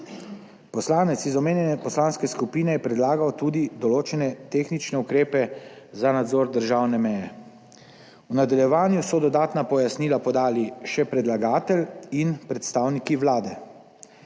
Poslanec iz omenjene poslanske skupine je predlagal tudi določene tehnične ukrepe za nadzor državne meje. V nadaljevanju so dodatna pojasnila podali še predlagatelj in predstavniki Vlade.